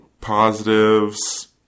positives